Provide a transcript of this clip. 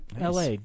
LA